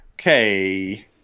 Okay